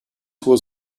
was